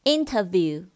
Interview